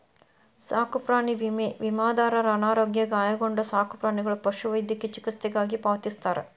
ಸಾಕುಪ್ರಾಣಿ ವಿಮೆ ವಿಮಾದಾರರ ಅನಾರೋಗ್ಯ ಗಾಯಗೊಂಡ ಸಾಕುಪ್ರಾಣಿಗಳ ಪಶುವೈದ್ಯಕೇಯ ಚಿಕಿತ್ಸೆಗಾಗಿ ಪಾವತಿಸ್ತಾರ